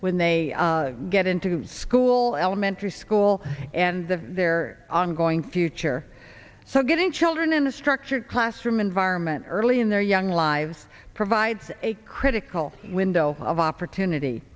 when they get into school elementary school and the their ongoing future so getting children in a structured classroom environment early in their young lives provides a critical window of opportunity